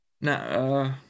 No